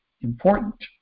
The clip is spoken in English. important